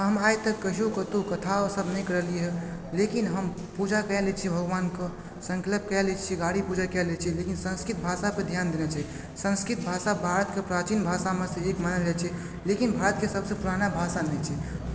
हम आइ तक कहिओ करतहुँ कथाओ सभ नहि करेलियै हँ लेकिन हम पूजा कए लैत छी भगवानक संकल्प कए ले छी गाड़ी पूजा कए ले छी लेकिन संस्कृत भाषापे ध्यान देना चाही संस्कृत भाषा भारतके प्राचीन भाषामे सँ एक मानल जाइत छै लेकिन भारतके सभसँ पुराना भाषा नहि छै